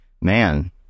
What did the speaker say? man